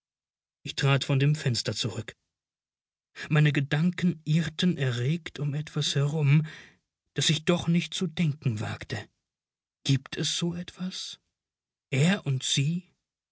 ich trat von dem fenster zurück meine gedanken irrten erregt um etwas herum das ich doch nicht zu denken wagte gibt es so etwas er und sie